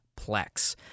Plex